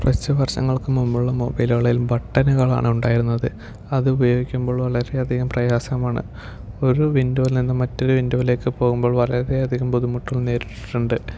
കുറച്ചു വർഷങ്ങൾക്കു മുമ്പുള്ള മൊബൈലുകളിൽ ബട്ടണുകൾ ആണ് ഉണ്ടായിരുന്നത് അത് ഉപയോഗിക്കുമ്പോൾ വളരെയധികം പ്രയാസമാണ് ഒരു വിൻഡോയിൽ നിന്നും മറ്റൊരു വിൻഡോയിലേക്ക് പോകുമ്പോൾ വളരെയധികം ബുദ്ധിമുട്ടുകൾ നേരിട്ടിട്ടുണ്ട്